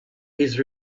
his